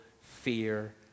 fear